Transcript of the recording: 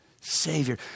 Savior